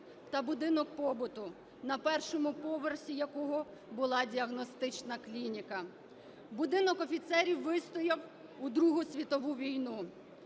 та будинок побуту на першому поверсі якого була діагностична клініка. Будинок офіцерів вистояв у Другу світову війну